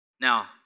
Now